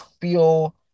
feel